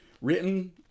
written